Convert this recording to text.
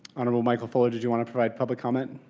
honorable michael fuller, did you want to provide public comment